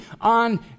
on